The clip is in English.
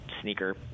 sneaker